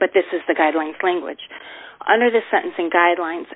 but this is the guidelines language under the sentencing guidelines